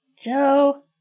Joe